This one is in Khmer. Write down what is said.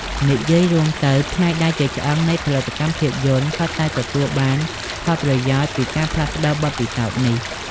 និយាយរួមទៅ ផ្នែកដែលជាឆ្អឹងនៃផលិតកម្មភាពយន្ត សុទ្ធតែទទួលបានផលប្រយោជន៍ពីការផ្លាស់ប្តូរបទពិសោធន៍នេះ។